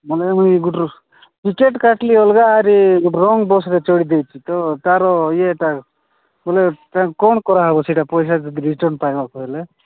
ମାନେ ମୁଇଁ ଗୁଟେ ଟିକେଟ୍ କାଟ୍ଲି ଅଲ୍ଗା ଆରି ରଙ୍ଗ୍ ବସ୍ରେ ଚଢ଼ିଦେଇଛି ତ ତା'ର ଇଏଟା ବୋଲେ କ'ଣ କରାହେବ ସେଇଟା ପଇସା ଯଦି ରିଟର୍ନ୍ ପାଇବାକୁ ହେଲେ